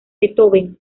beethoven